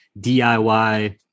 DIY